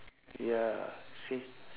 ya see